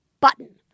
button